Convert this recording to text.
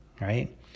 right